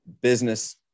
Business